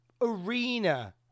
arena